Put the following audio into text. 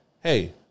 hey